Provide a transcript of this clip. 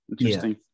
interesting